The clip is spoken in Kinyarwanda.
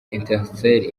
etincelles